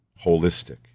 holistic